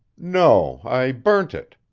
no, i burnt it,